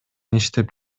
иштеп